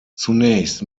zunächst